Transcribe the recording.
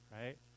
Right